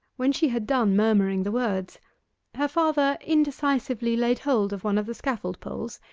when she had done murmuring the words her father indecisively laid hold of one of the scaffold-poles,